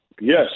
Yes